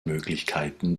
möglichkeiten